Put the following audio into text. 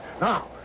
Now